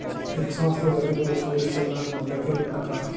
ইক সংস্থা যাতে ক্যরে ছব ইসট্যালডাড় দ্যাখে টাকার